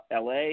LA